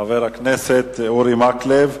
חבר הכנסת אורי מקלב,